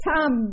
Tom